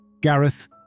Gareth